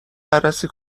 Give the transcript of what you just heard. بررسی